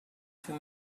too